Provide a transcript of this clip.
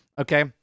Okay